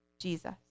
Jesus